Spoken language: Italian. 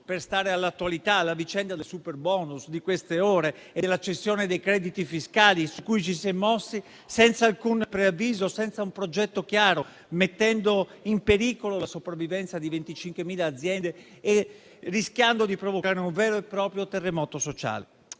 per stare all'attualità - alla vicenda di queste ore del superbonus e della cessione dei crediti fiscali, su cui ci si è mossi senza alcun preavviso, senza un progetto chiaro, mettendo in pericolo la sopravvivenza di 25.000 aziende e rischiando di provocare un vero e proprio terremoto sociale.